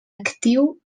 actiu